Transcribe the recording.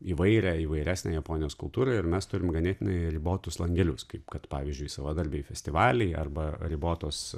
įvairią įvairesnę japonijos kultūrą ir mes turim ganėtinai ribotus langelius kaip kad pavyzdžiui savadarbiai festivaliai arba ribotos